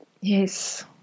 Yes